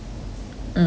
mmhmm